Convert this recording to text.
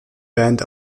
band